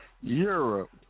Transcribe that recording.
europe